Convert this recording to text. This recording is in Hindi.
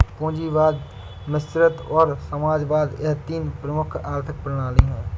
पूंजीवाद मिश्रित और समाजवाद यह तीन प्रमुख आर्थिक प्रणाली है